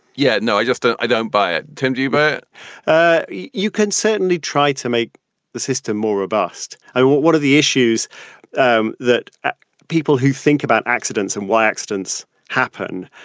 yeah no, i just don't i don't buy it tend to you, but ah you can certainly try to make the system more robust. what what are the issues um that people who think about accidents and why accidents happen?